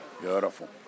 Beautiful